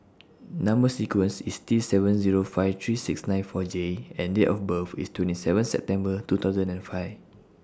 Number sequence IS T seven Zero five three six nine four J and Date of birth IS twenty seven September two thousand and five